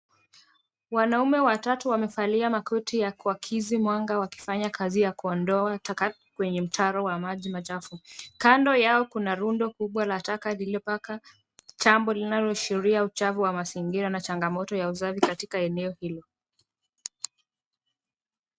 Wanaume watatu wamevalia mavazi ya kuakisi mwanga wakifanya kazi ya kuondoa taka kwenye mtaro wa maji machafu. Jambo linalooashiria uchafu wa mazingira na changamoto ya usafi katika eneo hili.